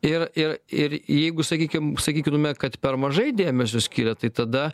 ir ir ir jeigu sakykim sakykinume kad per mažai dėmesio skiria tai tada